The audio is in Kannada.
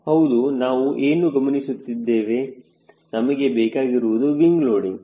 ಹೌದು ನಾವು ಏನು ಗಮನಿಸುತ್ತಿದ್ದೇವೆ ನಮಗೆ ಬೇಕಾಗಿರುವುದು ವಿಂಗ್ ಲೋಡಿಂಗ್